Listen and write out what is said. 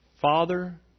Father